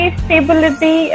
stability